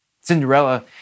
Cinderella